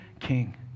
king